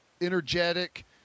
Energetic